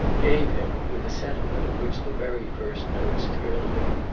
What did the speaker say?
gave him, with a sentiment of which the very first notes thrilled him,